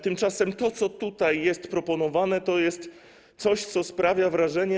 Tymczasem to, co tutaj jest proponowane, to jest coś, co sprawia wrażenie.